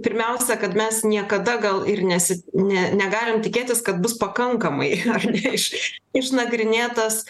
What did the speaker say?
pirmiausia kad mes niekada gal ir nesi ne negalim tikėtis kad bus pakankamai ar ne iš išnagrinėtas